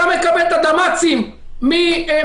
אתה מקבל את הדמ"צים מהמח"טים,